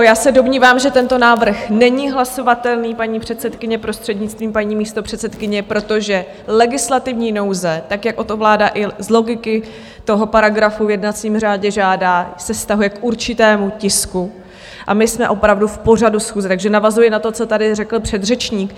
Já se domnívám, že tento návrh není hlasovatelný, paní předsedkyně, prostřednictvím paní místopředsedkyně, protože legislativní nouze tak, jak o to vláda i z logiky toho paragrafu v jednacím řádě žádá, se vztahuje k určitému tisku, a my jsme opravdu v pořadu schůze, takže navazuji na to, co tady řekl předřečník.